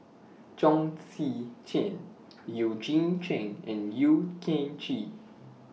Chong Tze Chien Eugene Chen and Yeo Kian Chye